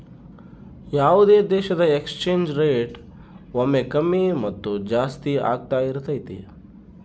ಯಾವುದೇ ದೇಶದ exchange rate ಒಮ್ಮೆ ಕಮ್ಮಿ ಮತ್ತು ಜಾಸ್ತಿ ಆಗ್ತಾ ಇರತೈತಿ